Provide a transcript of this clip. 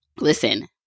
listen